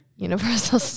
Universal